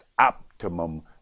Optimum